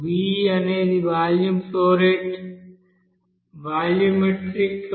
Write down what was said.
అనేది volume flow rate volumetric flow rate